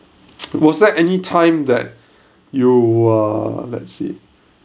was there any time that you err let's see